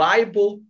Bible